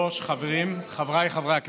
חס וחלילה.